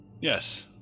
Yes